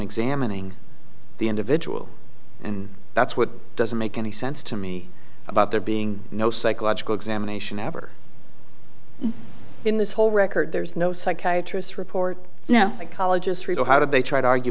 examining the individual and that's what doesn't make any sense to me about there being no psychological examination ever in this whole record there's no psychiatrist report no ecologists real how did they try to argue